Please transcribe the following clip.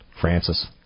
Francis